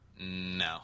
no